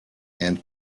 and